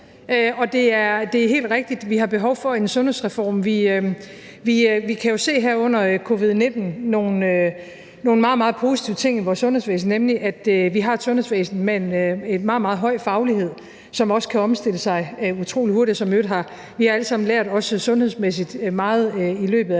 Det er helt rigtigt, at vi har behov for en sundhedsreform. Vi kan jo her under covid-19 se nogle meget, meget positive ting i vores sundhedsvæsen, nemlig at vi har et sundhedsvæsen med et personale med en meget, meget høj faglighed, som også kan omstille sig utrolig hurtigt. Vi har også sundhedsmæssigt alle sammen